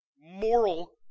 moral